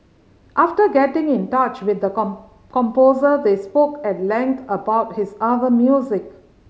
after getting in touch with the composer they spoke at length about his other music